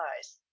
eyes